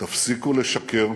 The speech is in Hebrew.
תפסיקו לשקר,